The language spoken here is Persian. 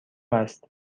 است